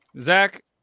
Zach